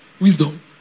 Wisdom